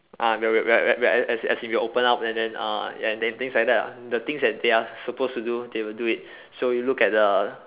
ah will will where where where as in as in will open up and then uh ya and then things like that ah the things that they are suppose to do they will do it so you look at the